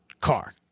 car